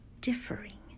differing